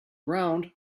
ground